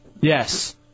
Yes